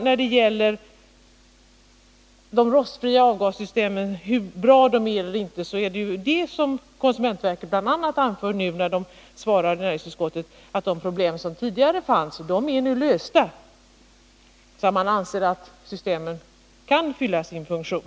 När det gäller de nya rostfria avgassystemen anför ju konsumentverket i sitt yttrande till näringsutskottet bl.a. att de tidigare problemen nu har lösts, varför man anser att systemen kan fylla sin funktion.